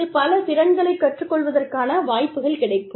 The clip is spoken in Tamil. இதில் புதிய திறன்களைக் கற்றுக்கொள்வதற்கான வாய்ப்புகள் கிடைக்கும்